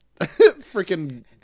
freaking